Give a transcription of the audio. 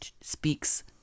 speaks